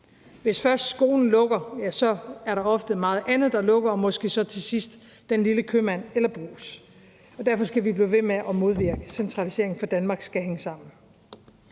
Hvis først skolen lukker, er der ofte meget andet, der lukker, og måske til sidst den lille købmand eller brugs. Derfor skal vi blive ved med at modvirke centraliseringen, for Danmark skal hænge sammen.